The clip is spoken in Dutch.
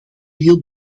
heel